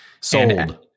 Sold